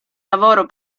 lavoro